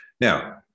Now